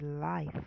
life